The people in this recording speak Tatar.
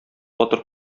батыр